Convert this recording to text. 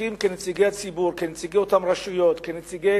וכנציגי הציבור, כנציגי אותן רשויות, כנציגי